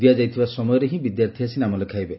ଦିଆଯାଇଥିବା ସମୟରେ ହି ବିଦ୍ୟାର୍ଥୀ ଆସି ନାମ ଲେଖାଇବେ